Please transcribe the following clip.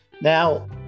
Now